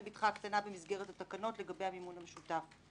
בתך הקטנה במסגרת התקנות לגבי המימון המשותף.